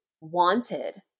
wanted